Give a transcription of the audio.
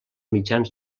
mitjans